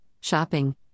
shopping